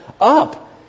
up